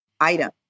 item